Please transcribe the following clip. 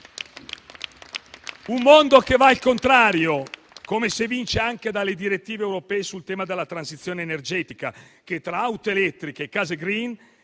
un mondo che va al contrario, come si evince anche dalle direttive europee sul tema della transizione energetica, che tra auto elettriche e case *green*